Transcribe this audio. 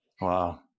wow